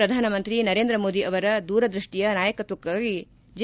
ಪ್ರಧಾನಮಂತ್ರಿ ನರೇಂದ್ರಮೋದಿ ಅವರ ದೂರದೃಷ್ಷಿಯ ನಾಯಕತ್ವಕ್ಕಾಗಿ ಜೆ